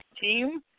team